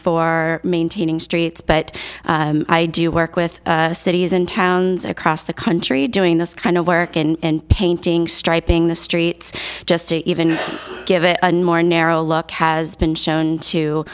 for maintaining streets but i do work with cities and towns across the country doing this kind of work and painting striping the streets just to even give it a more narrow luck has been shown to